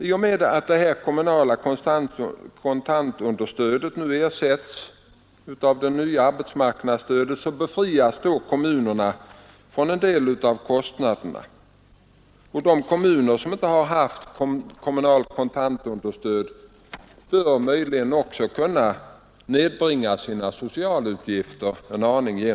I och med att det kommunala kontantunderstödet nu ersätts av det nya arbetsmarknadsstödet befrias kommunerna från en del av kostnaderna. De kommuner som inte har haft kommunalt kontantunderstöd bör möjligen också kunna nedbringa sina socialutgifter en aning.